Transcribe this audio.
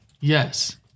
Yes